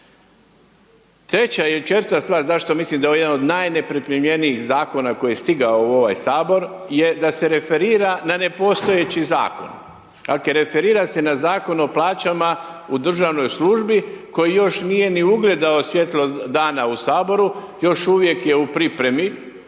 Treća ili četvrta stvar zašto mislim da je ovo jedan od najnepripremljenijih Zakona koji je stigao u ovaj HS, je da se referira na nepostojeći Zakon. Dakle, referira se na Zakon o plaćama u državnoj službi koji još nije ni ugledao svjetlo dana u HS-u, još uvijek je u pripremi